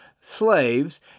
slaves